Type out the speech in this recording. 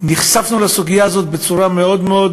נחשפנו לסוגיה הזאת בצורה מאוד מאוד